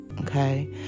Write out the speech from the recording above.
okay